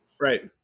Right